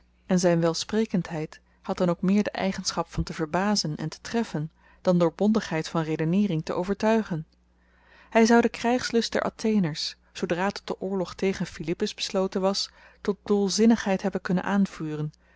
en zyn welsprekendheid had dan ook meer de eigenschap van te verbazen en te treffen dan door bondigheid van redeneering te overtuigen hy zou den krygslust der atheners zoodra tot den oorlog tegen philippus besloten was tot dolzinnigheid hebben kunnen aanvuren